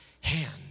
hand